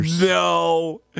No